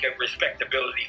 respectability